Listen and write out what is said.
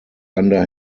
under